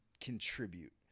contribute